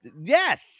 Yes